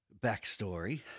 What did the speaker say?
backstory